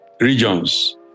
regions